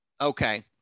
Okay